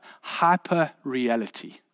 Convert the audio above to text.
hyper-reality